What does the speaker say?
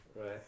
Right